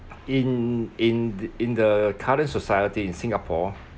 in in th~ in the current society in singapore